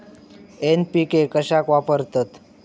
NPK कशाक वापरतत?